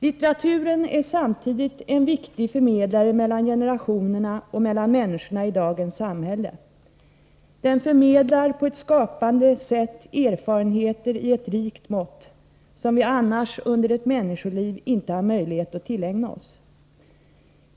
Litteraturen är samtidigt en viktig förmedlare mellan generationerna och mellan människorna i dagens samhälle. Den förmedlar på ett skapande sätt erfarenheter i ett rikt mått, som vi annars under ett människoliv inte har möjlighet att tillägna oss.